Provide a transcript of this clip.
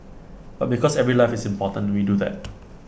but because every life is important we do that